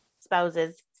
spouses